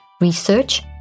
research